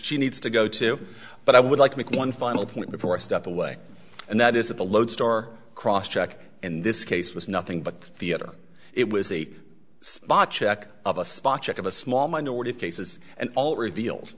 she needs to go to but i would like to make one final point before i step away and that is that the lodestar cross check in this case was nothing but theater it was a spacek of a spacek of a small minority of cases and all reveal